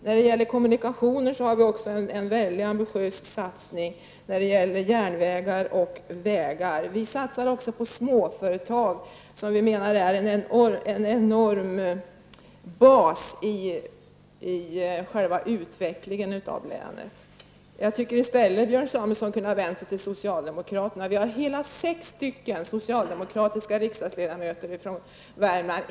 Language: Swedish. När det gäller kommunikationer har vi en ambitiös satsning på järnvägar och vägar. Vi satsar också på småföretag som vi menar är en enorm bas i själva utvecklingen av länet. Jag tycker att Björn Samuelson i stället kunde ha vänt sig till socialdemokraterna. Det finns sex socialdemokratiska riksdagsledamöter från Värmland.